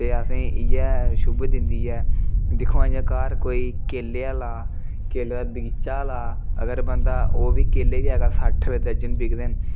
ते असेंगी इ'यै शुभ दिन्दी ऐ दिक्खो हां जियां घर कोई केले ऐ ला केले दा बगीचा ला अगर बंदा ओह् बी केले बी अगर सट्ठ रपेऽ दर्जन बिकदे न